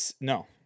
No